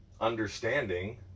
understanding